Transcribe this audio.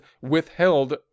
withheld